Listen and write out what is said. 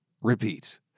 repeat